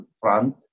front